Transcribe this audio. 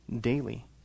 daily